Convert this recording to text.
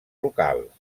locals